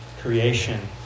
creation